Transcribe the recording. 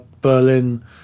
berlin